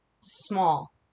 Small